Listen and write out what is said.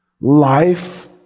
Life